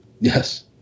Yes